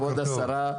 בוקר טוב, כבוד השרה,